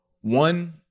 one